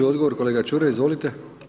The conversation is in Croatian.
Odgovor kolega Čuraj, izvolite.